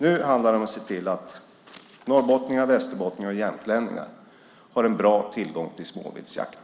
Nu handlar det om att se till att norrbottningar, västerbottningar och jämtlänningar har en bra tillgång till småviltsjakt.